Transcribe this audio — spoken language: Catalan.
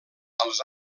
als